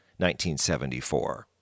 1974